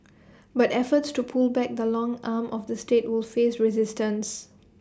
but efforts to pull back the long arm of the state will face resistance